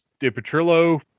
DiPetrillo